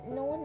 no